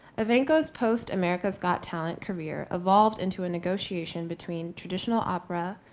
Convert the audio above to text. evancho's post america's got talent career evolved into a negotiation between traditional opera,